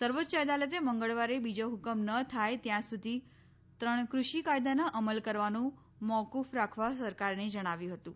સર્વોચ્ય અદાલતે મંગળવારે બીજો હુકમ ન થાય ત્યાં સુધી ત્રણ કૃષિ કાયદાના અમલ કરવાનું મોક્ફ રાખવા સરકારને જણાવ્યું હતું